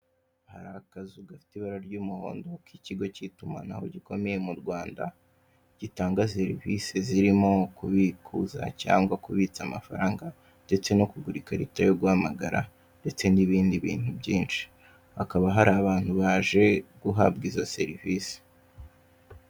Hari akazu gafite ibara ry'umuhondo, k'ikigo cy'itumanaho gikomeye mu Rwanda, gitanga serivise zirimo kubikuza cyangwa kubista amafaranga, ndetse no kugura ikarita yo guhamagara, ndetse n'ibindi bintu byinshi. Hakaba hari abantu baje guhabwa izo serivisi.